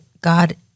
God